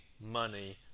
money